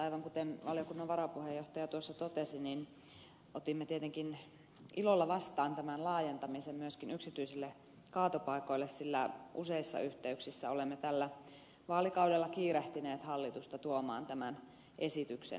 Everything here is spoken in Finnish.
aivan kuten varapuheenjohtaja tuossa totesi otimme tietenkin ilolla vastaan tämän laajentamisen myöskin yksityisille kaatopaikoille sillä useissa yhteyksissä olemme tällä vaalikaudella kiirehtineet hallitusta tuomaan tämän esityksen eduskunnalle